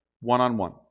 one-on-one